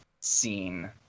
scene